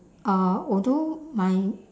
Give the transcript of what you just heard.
uh although my